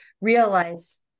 realize